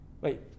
Wait